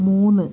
മൂന്ന്